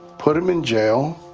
put them in jail,